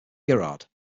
girard